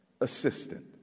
assistant